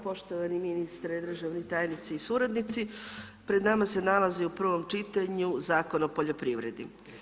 Poštovani ministre, državne tajnice i suradnici, pred nama se nalazi u provom čitanju Zakon o poljoprivredi.